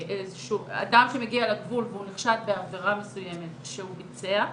אדם שמגיע לגבול והוא נחשד בעבירה מסוימת שהוא ביצע,